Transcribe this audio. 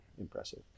impressive